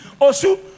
Osu